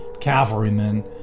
cavalrymen